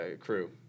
crew